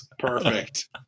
perfect